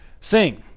Sing